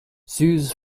zoos